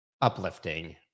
uplifting